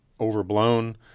overblown